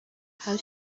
how